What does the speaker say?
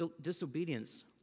disobedience